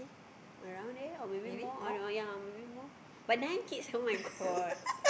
around there or maybe more or no oh ya maybe more but nine kids [oh]-my-god